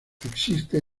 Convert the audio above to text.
existe